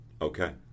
Okay